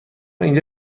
اینجا